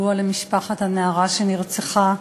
למשפחת הנערה שנרצחה.